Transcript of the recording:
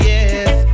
Yes